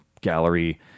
gallery